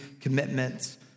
commitments